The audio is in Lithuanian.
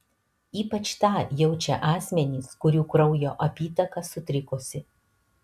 ypač tą jaučia asmenys kurių kraujo apytaka sutrikusi